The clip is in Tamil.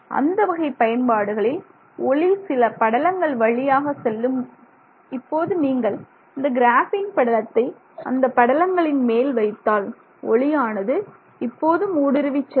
அந்த வகை பயன்பாடுகளில் ஒளி சில படலங்கள் வழியாக செல்லும் இப்போது நீங்கள் இந்த கிராபின் படலத்தை அந்த படலங்களின் மேல் வைத்தால் ஒளியானது இப்போதும் ஊடுருவிச் செல்லும்